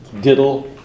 diddle